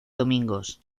domingos